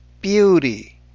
beauty